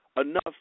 enough